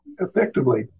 effectively